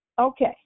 Okay